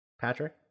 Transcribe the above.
Patrick